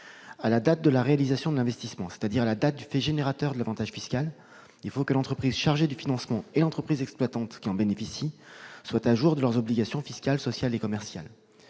À la date de la réalisation de l'investissement, c'est-à-dire la date du fait générateur de l'avantage fiscal, il faut que l'entreprise chargée du financement et l'entreprise exploitante qui en bénéficie soient à jour de leurs obligations fiscales, sociales et commerciales.